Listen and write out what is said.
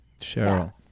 Cheryl